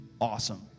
awesome